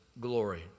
glory